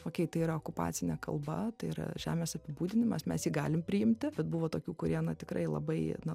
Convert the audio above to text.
okei tai yra okupacinė kalba tai yra žemės apibūdinimas mes jį galim priimti bet buvo tokių kurie tikrai labai na